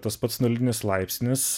tas pats nulinis laipsnis